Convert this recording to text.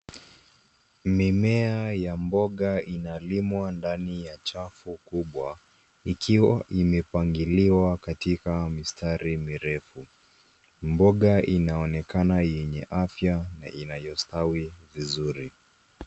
Mimea ya mboga inalimwa ndani ya chafu kubwa ikiwa imepangiliwa katika mistari mirefu. Mboga inaonekana yenye afya na inayostawi vizuri.